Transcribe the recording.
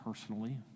personally